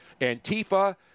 Antifa